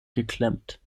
geklemmt